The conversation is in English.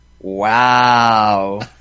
Wow